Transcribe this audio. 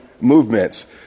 movements